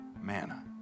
manna